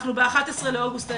אנחנו ב-11 באוגוסט היום,